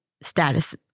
status